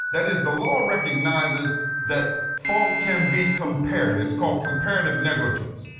that is the law recognizes that folk can be compared. it's called comparative negligence,